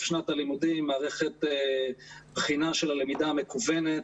שנת הלימודים מערכת בחינה של הלמידה המקוונת